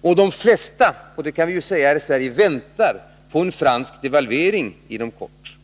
Och de flesta — det kan vi ju säga i Sverige — väntar på en fransk devalvering inom kort.